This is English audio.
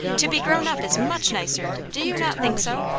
to be grown up is much nicer do you not think so?